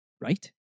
right